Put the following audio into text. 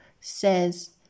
says